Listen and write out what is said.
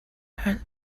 her